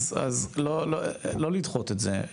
אז לא לדחות את זה,